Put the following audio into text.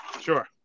Sure